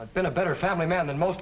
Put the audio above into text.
i've been a better family man than most